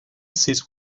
sits